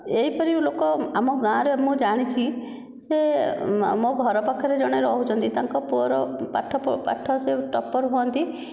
ଏହିପରି ଲୋକ ଆମ ଗାଁରେ ମୁଁ ଜାଣିଛି ସେ ମୋ ଘର ପାଖରେ ଜଣେ ରହୁଛନ୍ତି ତାଙ୍କ ପୁଅର ପାଠ ସେ ଟପର ହୁଅନ୍ତି